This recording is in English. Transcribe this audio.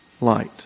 light